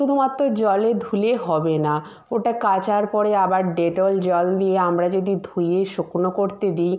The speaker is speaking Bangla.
শুধুমাত্র জলে ধুলে হবে না ওটা কাচার পরে আবার ডেটল জল দিয়ে আমরা যদি ধুয়ে শুকনো করতে দিই